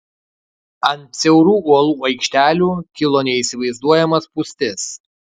ant siaurų uolų aikštelių kilo neįsivaizduojama spūstis